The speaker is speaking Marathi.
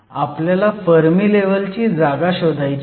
आपल्याला फर्मी लेव्हलची जागा शोधायची आहे